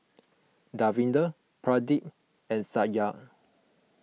Davinder Pradip and Satya